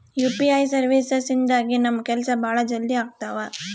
UPI services ಇಂದಾಗಿ ನಮ್ ಕೆಲ್ಸ ಭಾಳ ಜಲ್ದಿ ಅಗ್ತವ